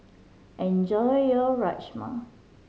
enjoy your Rajma